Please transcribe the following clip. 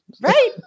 Right